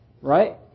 right